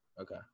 Okay